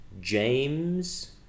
James